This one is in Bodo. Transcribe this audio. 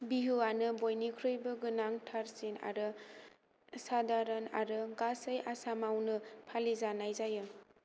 बिहुआनो बयनिख्रुइबो गोनांथारसिन आरो सादारन आरो गासै आसामावनो फालिजानाय जायो